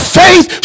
faith